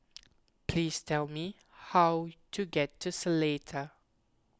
please tell me how to get to Seletar